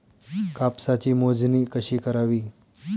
कापसाची मोजणी कशी करावी?